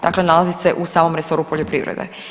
Dakle, nalazi se u samom resoru poljoprivrede.